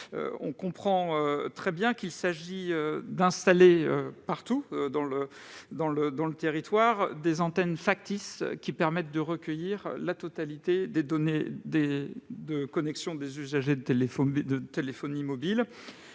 le comprend bien, il s'agit d'installer partout sur le territoire des antennes factices permettant de recueillir la totalité des données de connexion des usagers de téléphonie mobile.